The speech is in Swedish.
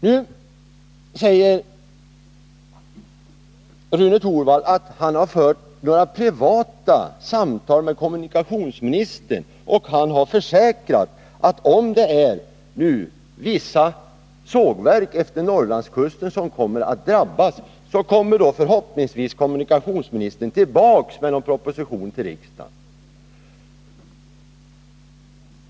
Rune Torwald säger att han har fört några privata samtal med kommunikationsministern och försäkrar att om vissa sågverk utefter Norrlandskusten kommer att drabbas, så kommer förhoppningsvis kommunikationsministern tillbaka med en proposition till riksdagen.